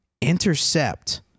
intercept